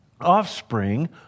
Offspring